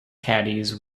caddies